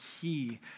key